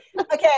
Okay